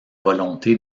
volonté